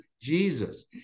Jesus